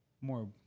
more